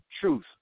truth